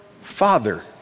Father